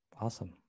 Awesome